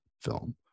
film